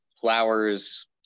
flowers